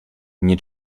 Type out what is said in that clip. nie